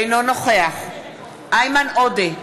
אינו נוכח איימן עודה,